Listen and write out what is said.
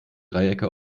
dreiecke